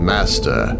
Master